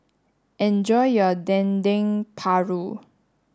enjoy your Dendeng Paru